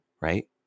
right